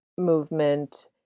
movement